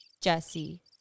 Jesse